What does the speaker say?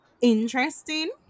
interesting